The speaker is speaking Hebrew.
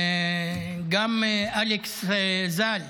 גם על אלכס ז"ל.